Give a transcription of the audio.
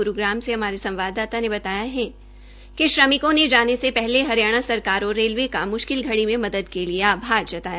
ग्रूग्राम से हमारे हमारे संवाददाता बताया कि श्रमिकों ने जाने से पहले हरियाणा सरकार और रेलवे का मुशकिल घड़ी में मदद के लिए आभार जताया